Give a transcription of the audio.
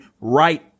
right